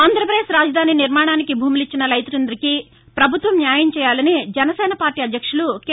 ఆంధ్రప్రదేశ్ రాజధాని నిర్మాణానికి భూములిచ్చిన రైతులందరికి ప్రభుత్వం న్యాయం చేయాలని జనసేన పార్టీ అధ్యక్షులు కె